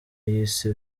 yise